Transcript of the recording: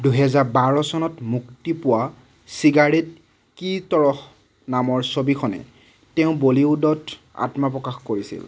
দুহেজাৰ বাৰ চনত মুক্তি পোৱা চিগাৰেট কী তৰহ নামৰ ছবিখনেৰে তেওঁ বলীউডত আত্মপ্ৰকাশ কৰিছিল